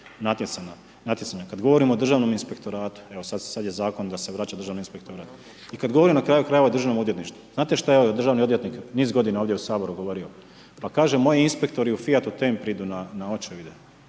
natjecanja. Kada govorimo o Državnom inspektoratu, evo sada je zakon da se vraća Državni inspektorat, i kada govorimo na kraju krajeva o državnom odvjetništvu. Znate šta je državni odvjetnik niz godina ovdje u Saboru govorio? Pa kaže moji inspektori u .../Govornik se ne